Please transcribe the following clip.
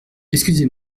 excusez